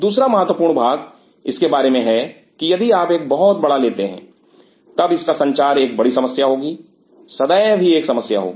दूसरा महत्वपूर्ण भाग इसके बारे में है कि यदि आप एक बहुत बड़ा लेते हैं तब इसका संचार एक बड़ी समस्या होगी सदैव ही एक समस्या होगी